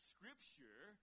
Scripture